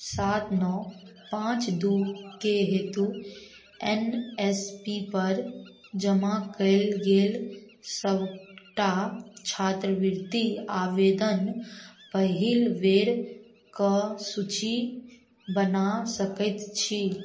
सात नओ पाँच दू के हेतु एन एस पी पर जमा कयल गेल सबटा छात्रवृति आवेदन पहिल बेर कऽ सूची बना सकैत छी